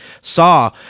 saw